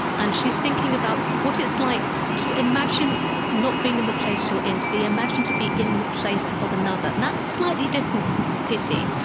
and she's thinking about what it's like to imagine not being in the place you're in, to imagine to be in the place of another and that's slightly different from pity,